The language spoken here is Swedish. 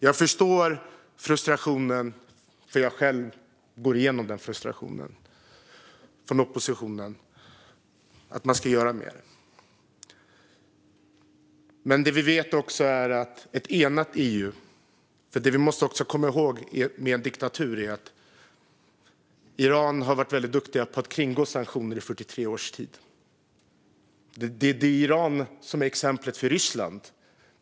Jag förstår frustrationen hos oppositionen och viljan att man ska göra mer, för jag känner samma frustration. Men vi vet att det behövs ett enat EU. Diktaturen Iran har varit väldigt duktig på att kringgå sanktioner i 43 års tid. Iran är exemplet för Ryssland.